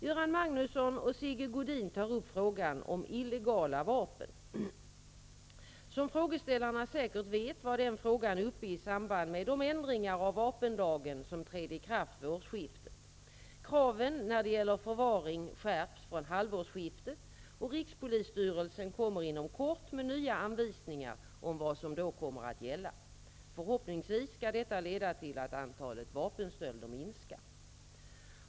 Göran Magnusson och Sigge Godin tar upp frågan om illegala vapen. Som frågeställarna säkert vet var den frågan uppe i samband med de ändringar av vapenlagen som trädde i kraft vid årsskiftet. Kraven när det gäller förvaring skärps från halvårsskiftet, och rikspolisstyrelsen kommer inom kort med nya anvisningar om vad som då kommer att gälla. Förhoppningsvis skall detta leda till att antalet vapenstölder minskar.